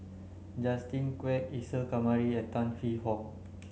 Justin Quek Isa Kamari and Tan Hwee Hock